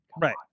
Right